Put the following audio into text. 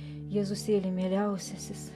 jėzusėli mieliausiasis